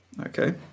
okay